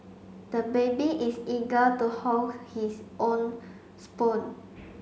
the baby is eager to hold his own spoon